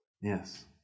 Yes